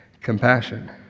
compassion